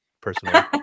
personally